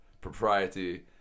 propriety